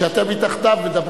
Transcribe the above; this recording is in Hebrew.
כשאתם מתחתיו מדברים.